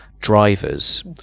drivers